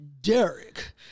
Derek